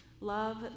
love